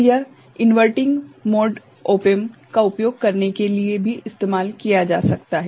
तो यह inverting mode op amp का उपयोग करने के लिए भी इस्तेमाल किया जा सकता है